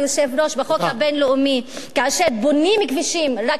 בחוק הבין-לאומי כאשר בונים כבישים רק למתנחלים,